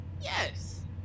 Yes